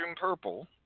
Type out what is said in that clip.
purple